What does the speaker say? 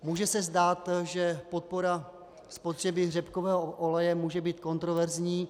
Může se zdát, že podpora spotřeby řepkového oleje může být kontroverzní.